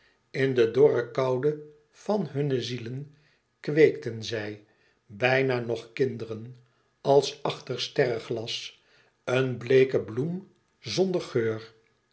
in de dorre koude van hunne zielen kweekten zij bijna nog kinderen als achter serreglas een bleeke bloem zonder geur